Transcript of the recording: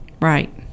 Right